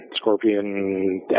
Scorpion